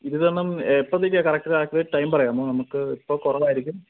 ഇരുപതണ്ണം എപ്പോഴത്തേക്ക് correct calculate time പറയാമോ നമുക്ക് ഇപ്പോൾ കുറവായിരിക്കും